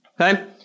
Okay